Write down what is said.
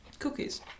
Cookies